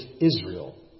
Israel